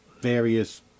various